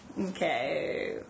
Okay